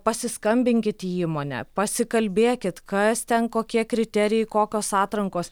pasiskambinkit į įmonę pasikalbėkit kas ten kokie kriterijai kokios atrankos